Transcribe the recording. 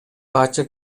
ачык